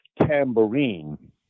tambourine